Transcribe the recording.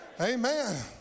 Amen